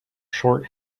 short